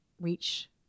reach